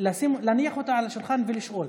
להניח אותה על השולחן ולשאול: